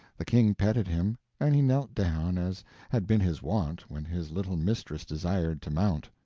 the king petted him, and he knelt down as had been his wont when his little mistress desired to mount.